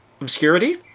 obscurity